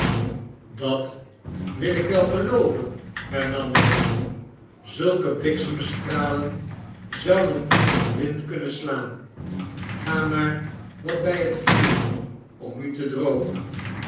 dat wil ik wel gelooven hernam de man zulke bliksemstralen zouden iemand blind kunnen slaan ga maar wat bij het vuur om u te drogen